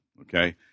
Okay